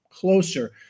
closer